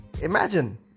Imagine